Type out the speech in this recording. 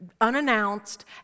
unannounced